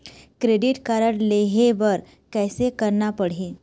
Credit card लेहे बर कैसे करना पड़ही?